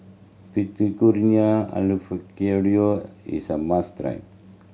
Fettuccine Alfredo is a must try